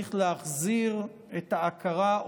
צריך להחזיר את ההכרה,